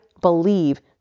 believe